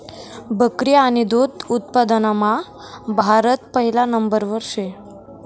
बकरी आणि दुध उत्पादनमा भारत पहिला नंबरवर शे